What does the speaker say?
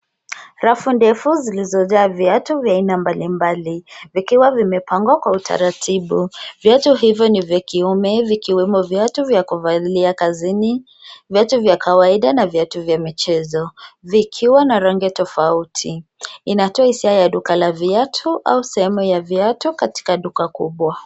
Rafu ndefu zilizojaa viatu vya aina mbali mbali vikiwa vimepangwa kwa utaratibu. Vyote hivyo ni vya kiume, vikiwemo viatu vya kuvalia kazini, viatu vya kawaida na viatu vya michezo, vikiwa na rangi tofauti. Inatoa hisia ya duka la viatu au sehemu ya viatu katika duka kubwa.